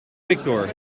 victor